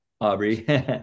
Aubrey